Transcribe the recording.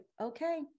okay